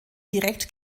direkt